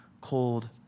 cold